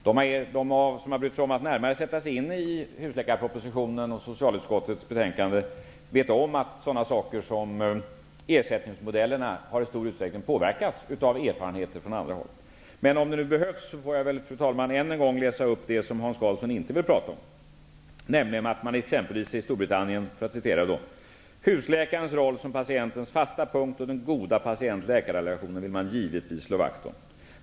De som brytt sig om att närmare sätta sig in i husläkarpropositionen och socialutskottets betänkande vet om att sådana saker som ersättningsmodellerna i stor utsträckning har påverkats av erfarenheter från andra håll. Men om det nu behövs får jag väl, fru talman, än en gång läsa upp det som Hans Karlsson inte vill tala om, t.ex. erfarenheterna från Storbritannien: ''Husläkarens roll som patientens fasta punkt och den goda patient/läkarrelationen vill man givetvis slå vakt om.